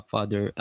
Father